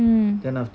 mm